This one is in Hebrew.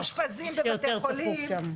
שיותר צפוף שם.